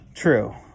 True